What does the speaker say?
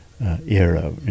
era